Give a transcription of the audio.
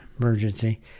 emergency